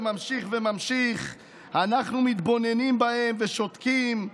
וממשך וממשיך: אנחנו מתבוננים בהם ושותקים,